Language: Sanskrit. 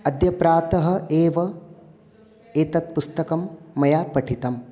अद्य प्रातः एव एतत् पुस्तकं मया पठितम्